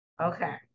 Okay